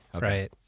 right